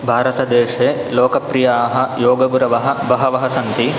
भारतदेशे लोकप्रियाः योगगुरवः बहवः सन्ति